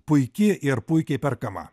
puiki ir puikiai perkama